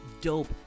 dope